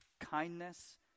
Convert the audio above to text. kindness